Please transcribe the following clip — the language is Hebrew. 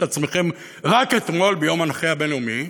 עצמכם רק אתמול ביום הנכה הבין-לאומי,